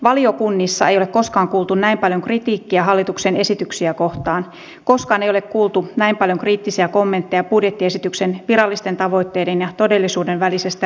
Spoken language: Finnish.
valiokunnissa ei ole koskaan kuultu näin paljon kritiikkiä hallituksen esityksiä kohtaan koskaan ei ole kuultu näin paljon kriittisiä kommentteja budjettiesityksen virallisten tavoitteiden ja todellisuuden välisestä ristiriidasta